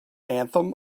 anthem